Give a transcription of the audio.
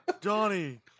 donnie